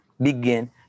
begin